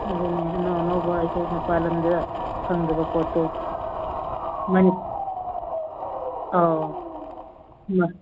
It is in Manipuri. ꯑꯗꯨꯅ ꯑꯅꯧ ꯑꯅꯧꯕ ꯑꯩꯈꯣꯏ ꯃꯄꯥꯜꯂꯝꯗ ꯐꯪꯗꯕ ꯄꯣꯠꯇꯣ ꯑꯧ